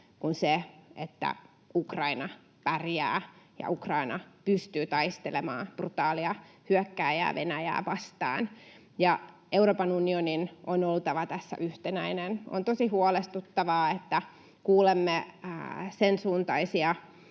kuin se, että Ukraina pärjää ja Ukraina pystyy taistelemaan brutaalia hyökkääjää, Venäjää, vastaan. Euroopan unionin on oltava tässä yhtenäinen. On tosi huolestuttavaa, että kuulemme sen suuntaisia